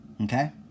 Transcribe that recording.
okay